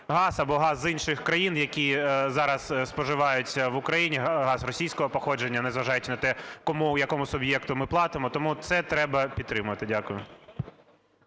газ або газ з інших країн, які зараз сподіваються в Україні, газ російського походження, незважаючи на те кому, якому суб'єкту ми платимо, тому це треба підтримати. Дякую.